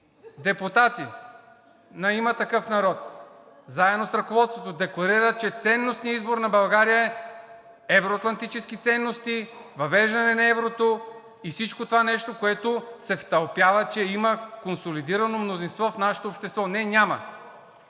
депутати на „Има такъв народ“, заедно с ръководството, декларират, че ценностният избор на България е евро-атлантически ценности, въвеждане на еврото и всичкото това нещо, което се втълпява, че има консолидирано мнозинство в нашето общество. Не, няма!